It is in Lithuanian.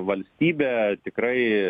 valstybė tikrai